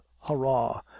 hurrah